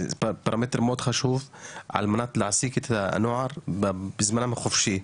זה פרמטר מאוד חשוב על מנת להעסיק את הנוער בזמנם החופשי.